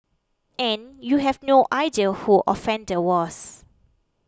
and you have no idea who offender was